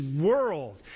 world